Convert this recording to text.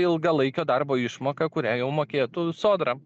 ilgalaikio darbo išmoka kurią jau mokėtų sodra